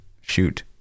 shoot